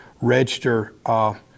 register